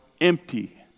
empty